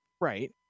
right